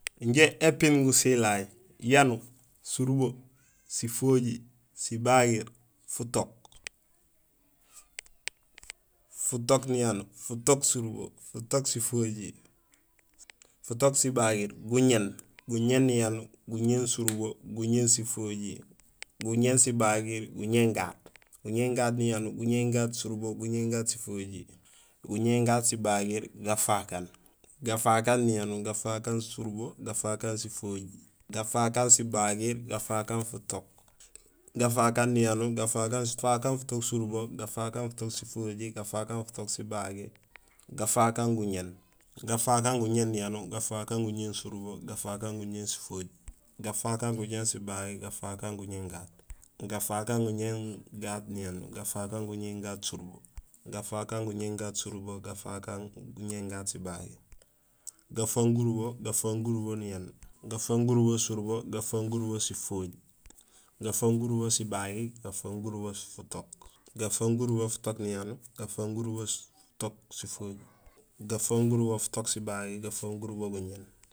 Injé épiin gusilay: yanuur, surubo, sifojiir, sibagiir, futook, futook niyanuur, futook surubo, futook sifojiir, futook sibagiir, guñéén, guñéén niyanuur, guñéén surubo, guñéén sifojiir, guñéén sibagiir, guñéén gaat, guñéén gaat niyanuur, guñéén gaat surubo, guñéén gaat sifojiir, guñéén gaat sibagiir, gafaak aan, gafak aan niyanuur, gafaak aan surubo, gafaak aan sifojiir, gafaak aan sibagiir, gafaak aan futook, gafaak aan futook niyanuur, gafaak aan futook surubo, gafaak aan futook sifojiir, gafaak aan futook sibagiir, gafaak aan guñéén, gafaak aan guñéén niyanuur, gafaak aan guñéén surubo, gafaak aan guñéén sifojiir, gafaak aan guñéén sibagiir, gafaak aan guñéén gaat, gafaak aan guñéén gaat niyanuur, gafaak aan guñéén gaat surubo, gafaak aan guñéén gaat sifojiir, gafaak aan guñéén gaat sibagiir, gafang gurubo, gafang gurubo niyanuur, gafang gurubo surubo, gafang gurubo sifojiir, gafang gurubo sibagiir, gafang gurubo futook, gafang gurubo futook niyanuur, gafang gurubo futook surubo, gafang gurubo futook sifojiir, gafang gurubo futook sibagiir, gafang gurubo guñéén.